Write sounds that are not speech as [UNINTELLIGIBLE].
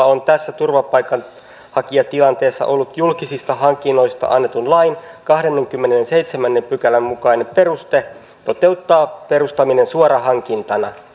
[UNINTELLIGIBLE] on tässä turvapaikanhakijatilanteessa ollut julkisista hankinnoista annetun lain kahdennenkymmenennenseitsemännen pykälän mukainen peruste toteuttaa perustaminen suorahankintana